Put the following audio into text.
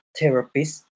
Therapist